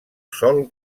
sol